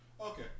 Okay